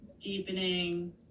deepening